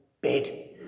bed